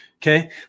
Okay